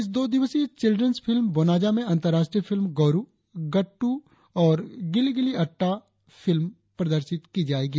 इस दो दिवसीय चिल्ड्रेन्स फिल्म बोनाजा में अंतर्राष्ट्रीय फिल्म गौरु गट्टू और गिल्ली गिल्ली अट्टा फिल्म दिखाई जायेंगी